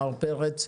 מר פרץ.